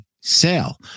sale